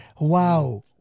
Wow